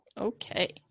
Okay